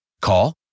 Call